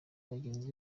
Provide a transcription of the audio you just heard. bagenzi